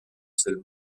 seul